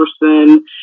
person